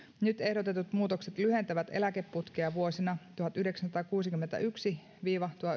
nyt ehdotetut muutokset lyhentävät eläkeputkea vuosina tuhatyhdeksänsataakuusikymmentäyksi viiva